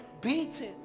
Beaten